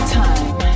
time